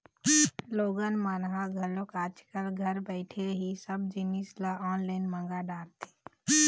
लोगन मन ह घलोक आज कल घर बइठे ही सब जिनिस ल ऑनलाईन मंगा डरथे